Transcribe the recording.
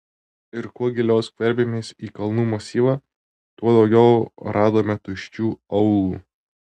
ir kuo giliau skverbėmės į kalnų masyvą tuo daugiau radome tuščių aūlų